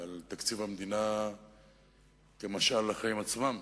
ועל תקציב המדינה כמשל לחיים עצמם